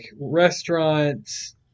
restaurants